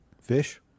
Fish